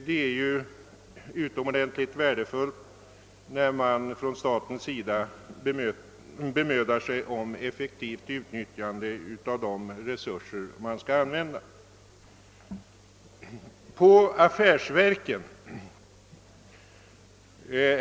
Det är utomordentligt värdefullt när man från statens sida bemödar sig om effektivt utnyttjande av tillgängliga resurser.